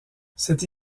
cette